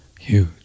huge